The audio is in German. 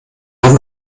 haben